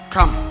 Come